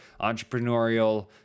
entrepreneurial